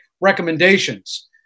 recommendations